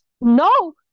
No